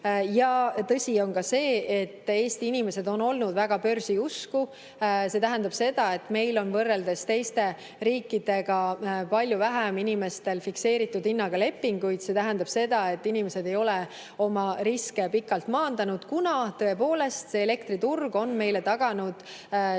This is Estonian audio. Ja tõsi on ka see, et Eesti inimesed on olnud börsiusku. See tähendab seda, et meil on inimesed võrreldes teiste riikide [inimestega] palju vähem [sõlminud] fikseeritud hinnaga lepinguid. See tähendab seda, et inimesed ei ole oma riske pikalt maandanud, kuna, tõepoolest, elektriturg on meile taganud 40%